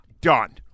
done